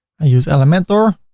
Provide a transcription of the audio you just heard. i use elementor,